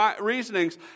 reasonings